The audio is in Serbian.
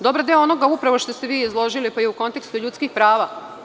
Dobar deo onoga upravo što ste vi izložili pa i u kontekstu ljudskih prava.